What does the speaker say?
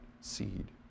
seed